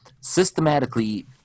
Systematically